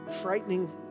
frightening